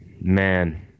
man